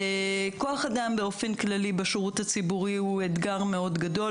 כוח-אדם באופן כללי בשירות הציבורי הוא אתגר מאוד גדול,